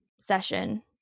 session